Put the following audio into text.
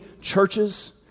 churches